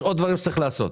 יש עוד דברים שצריך לעשות.